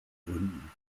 gründen